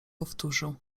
powtórzył